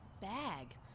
bag